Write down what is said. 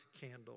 candle